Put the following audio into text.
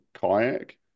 kayak